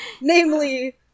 Namely